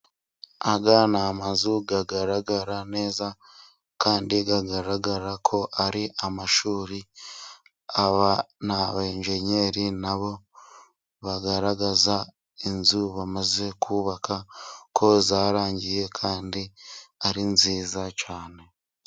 Aya ni amazu agaragara neza, kandi agaragara ko ari amashuri. Aba ni abenjenyeri, nabo bagaragaza inzu bamaze kubaka ko zarangiye kandi ari nziza cyane.